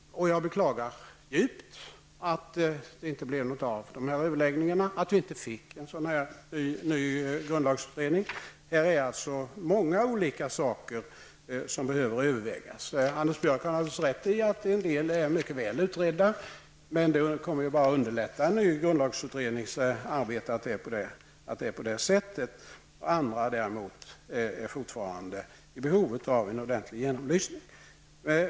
Jag beklagar djupt att vi inte fick en ny sådan utredning. Många olika saker behöver övervägas. Anders Björck har alldeles rätt i att en del är mycket väl utredda, men det kommer ju bara att underlätta en ny grundlagsutrednings arbete att det är på det sättet. Andra däremot är fortfarande i behov av en ordentlig genomlysning.